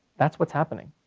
that's what's happening,